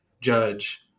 judge